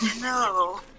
No